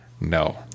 No